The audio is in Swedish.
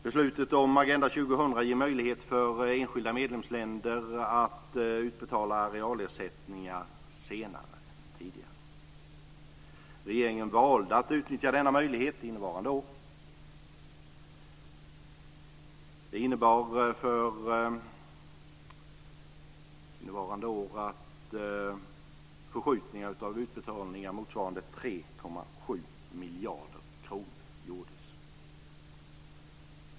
Beslutet om Agenda 2000 ger möjlighet för enskilda medlemsländer att utbetala arealersättningar senare än som förut varit fallet. Regeringen valde att utnyttja denna möjlighet innevarande år. Det innebar för innevarande år att förskjutningar av utbetalningar motsvarande 3,7 miljarder kronor gjordes.